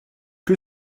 que